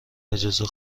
اجازه